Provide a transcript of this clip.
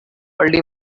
early